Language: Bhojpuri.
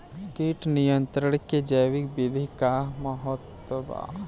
कीट नियंत्रण क जैविक विधि क का महत्व ह?